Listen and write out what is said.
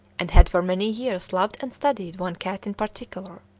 and had for many years loved and studied one cat in particular.